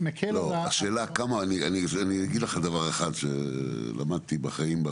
אני אגיד לך דבר אחד שלמדתי בחיים,